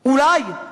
אולי.